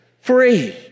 Free